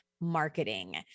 marketing